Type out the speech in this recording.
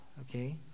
okay